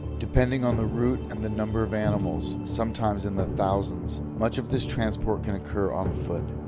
depending on the route and the number of animals sometimes in the thousands much of this transport can occur on foot.